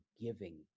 giving